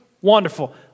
wonderful